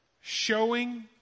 Showing